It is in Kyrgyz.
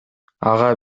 ага